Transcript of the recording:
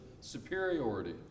superiority